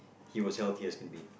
he was healthy as can be